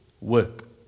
Work